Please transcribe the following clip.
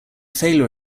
failure